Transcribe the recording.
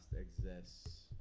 exists